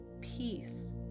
peace